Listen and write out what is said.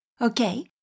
Okay